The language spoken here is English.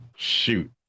Shoot